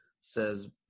says